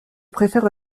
préfère